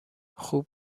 خوب